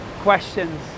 questions